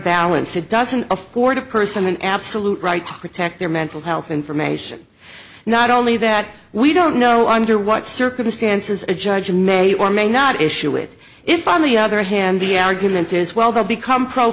balance it doesn't afford a person an absolute right to protect their mental health information not only that we don't know i'm sure what circumstances a judge may or may not issue it if on the other hand the argument is well they'll become pro